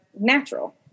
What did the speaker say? natural